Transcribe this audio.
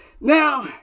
Now